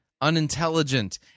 unintelligent